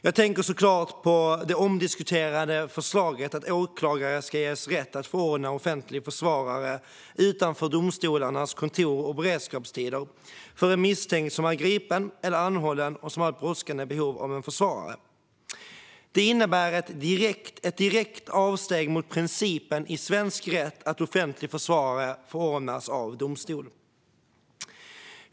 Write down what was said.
Jag tänker såklart på det omdiskuterade förslaget att åklagare ska ges rätt att förordna offentlig försvarare utanför domstolarnas kontors och beredskapstider för en misstänkt som är gripen eller anhållen och som har ett brådskande behov av en försvarare. Det innebär ett direkt avsteg från principen i svensk rätt att offentlig försvarare förordnas av domstol.